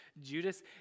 Judas